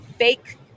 fake